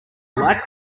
light